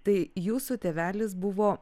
tai jūsų tėvelis buvo